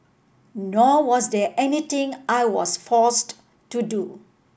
nor was there anything I was forced to do